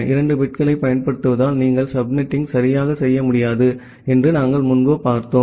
2 பிட்களைப் பயன்படுத்துவதால் நீங்கள் சப்நெட்டிங் சரியாக செய்ய முடியாது என்று நாங்கள் முன்பு பார்த்தோம்